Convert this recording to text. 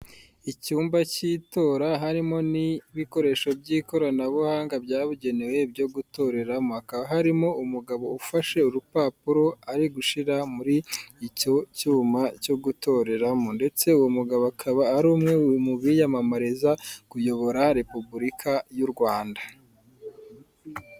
Icyumba cy'itora harimo n'ibikoresho by'ikoranabuhanga byabugenewe byo gutoreramo, hakaba harimo umugamo ufashe urupapuro ari gushyira muri icyo cyuma cyo gutoreramo ndetse uwo mugabo akaba ari umwe mu biyamamariza kuyobora Repubulika y'u Rwanda.